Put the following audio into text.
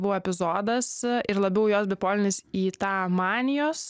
buvo epizodas ir labiau jos bipolinis į tą manijos